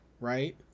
right